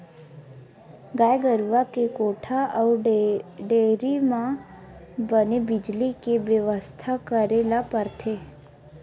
गाय गरूवा के कोठा अउ डेयरी म बने बिजली के बेवस्था करे ल परथे